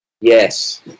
Yes